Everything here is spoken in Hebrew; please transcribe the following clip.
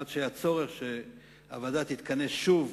עד שהיה צורך שהוועדה תתכנס שוב